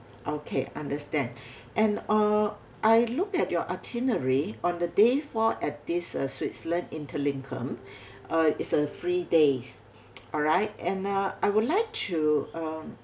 okay understand and uh I looked at your itinerary on the day for at this uh switzerland interlaken uh is a free days alright and uh I would like to um